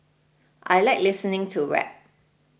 I like listening to rap